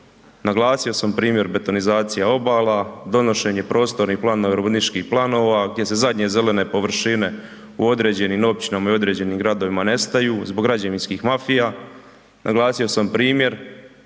Naglasio sam primjer betonizacija obala, donošenje prostornih planova, urbanističkih planova gdje se zadnje zelene površine u određenim općinama i određenim gradovima nestaju zbog građevinskih mafija, naglasio sam primjer